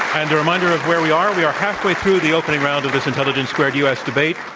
and reminder of where we are. we are halfway through the opening round of this intelligence squared u. u. s. debate.